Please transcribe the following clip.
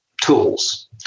Tools